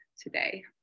today